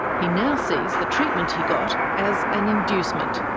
he now sees the treatment he got as an inducement.